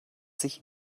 sich